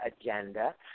agenda